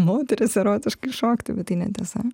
moteris erotiškai šokti bet tai netiesa